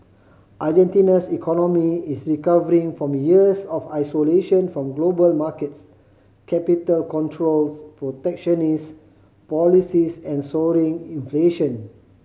Argentina's economy is recovering from years of isolation from global markets capital controls protectionist policies and soaring inflation